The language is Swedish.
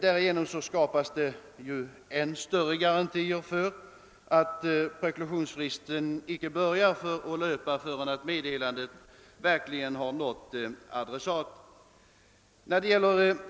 Därigenom skapas än större garantier för att preklusionsfristen inte börjar löpa förrän meddelandet verkligen har nått adressaten.